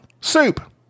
Soup